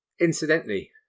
Incidentally